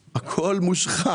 מושחר.